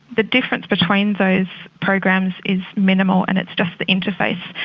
the difference between those programs is minimal and it's just the interface.